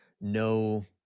no